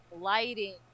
lighting